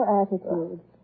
attitude